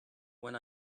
when